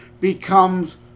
becomes